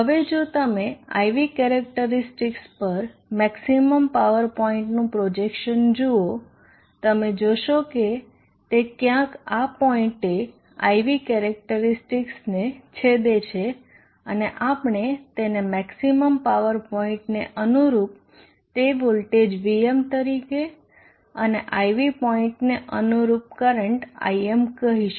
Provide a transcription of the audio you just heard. હવે જો તમે IV કેરેક્ટરીસ્ટિકસ પર મેક્ષીમમ પાવર પોઈન્ટનું પ્રોજેક્શન જુઓ તમે જોશો કે તે ક્યાંક આ પોઈન્ટએ IV કેરેક્ટરીસ્ટિકસને છેદે છે અને આપણે તેને મેક્ષીમમ પાવર પોઈન્ટને અનુરૂપ તે વોલ્ટેજ Vm તરીકે અને IV પોઈન્ટને અનુરૂપ કરંટ Im કહીશું